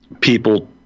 people